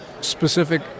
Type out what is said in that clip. specific